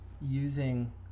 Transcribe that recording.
using